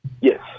Yes